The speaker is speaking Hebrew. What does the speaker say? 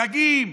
חגים,